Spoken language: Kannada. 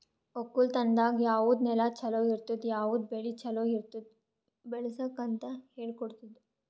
ಒಕ್ಕಲತನದಾಗ್ ಯಾವುದ್ ನೆಲ ಛಲೋ ಇರ್ತುದ, ಯಾವುದ್ ಬೆಳಿ ಛಲೋ ಇರ್ತುದ್ ಬೆಳಸುಕ್ ಅಂತ್ ಹೇಳ್ಕೊಡತ್ತುದ್